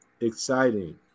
exciting